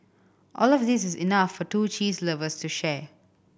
all of these is enough for two cheese lovers to share